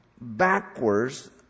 backwards